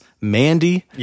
Mandy